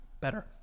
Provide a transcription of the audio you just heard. better